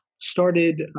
started